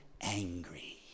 angry